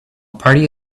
party